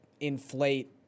inflate